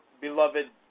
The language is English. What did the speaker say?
beloved